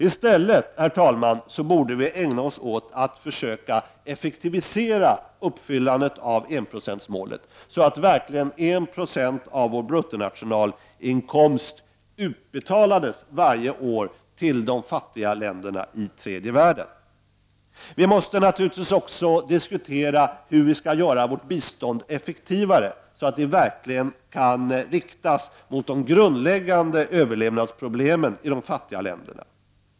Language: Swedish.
I stället borde vi alltså, herr talman, ägna oss åt att försöka effektivisera uppfyllandet av enprocentsmålet, så att 1 960 av vår bruttonationalprodukt verkligen utbetalas varje år till de fattiga länderna i tredje värleden. Vi måste naturligtvis också diskutera hur vi kan göra vårt bistånd effektivare, så att det verkligen inriktas på de grundläggande överlevnadsproblemen i de fattiga länderna.